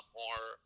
more